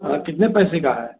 हाँ कितने पैसे का है